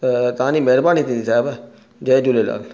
तव्हांजी महिरबानी थींदी साहिब जय झूलेलालु